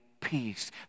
peace